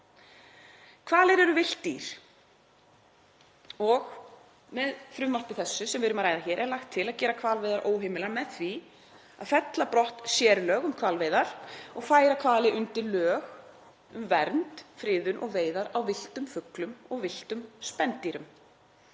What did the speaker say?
Hvalir eru villt dýr og með frumvarpinu sem við erum að ræða hér er lagt til að gera hvalveiðar óheimilar með því að fella brott sérlög um hvalveiðar og færa hvali undir lög um vernd, friðun og veiðar á villtum fuglum og villtum spendýrum,